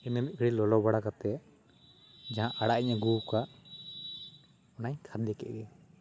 ᱤᱱᱟᱹ ᱢᱤᱫ ᱜᱷᱟᱹᱲᱤᱡ ᱞᱚᱞᱚ ᱵᱟᱲᱟ ᱠᱟᱛᱮᱫ ᱡᱟᱦᱟᱸ ᱟᱲᱟᱜ ᱤᱧ ᱟᱹᱜᱩ ᱟᱠᱟᱫ ᱚᱱᱟᱧ ᱠᱷᱟᱸᱡᱚ ᱠᱮᱫ ᱜᱮ